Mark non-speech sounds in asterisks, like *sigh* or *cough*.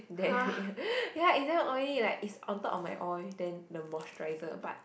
there *laughs* ya it's damn oily like it's on top of my oil then the moisturiser but